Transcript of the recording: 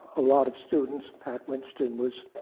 a lot of students pat winston was